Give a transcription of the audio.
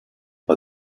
but